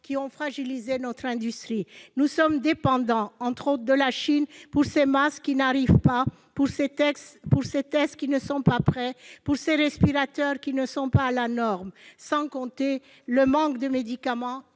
qui ont fragilisé notre industrie. Nous sommes dépendants notamment de la Chine pour ces masques, qui n'arrivent pas, pour ces tests, qui ne sont pas prêts, pour ces respirateurs, qui ne sont pas aux normes ; sans compter le manque de médicaments